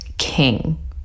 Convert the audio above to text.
king